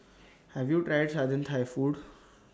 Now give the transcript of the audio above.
have you tried southern Thai food